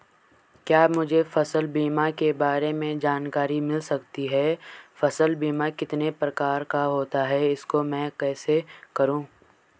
क्या मुझे फसल बीमा के बारे में जानकारी मिल सकती है फसल बीमा कितने प्रकार का होता है इसको मैं कैसे करूँ?